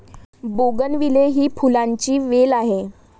bougainvillea ही फुलांची वेल आहे